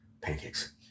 Pancakes